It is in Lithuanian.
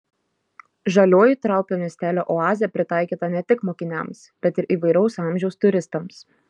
žalioji traupio miestelio oazė pritaikyta ne tik mokiniams bet ir įvairaus amžiaus turistams